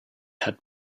had